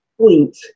point